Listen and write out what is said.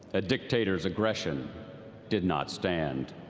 ah dictators aggression did not stand.